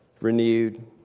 renewed